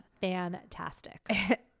fantastic